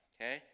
okay